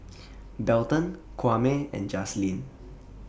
Belton Kwame and Jazlene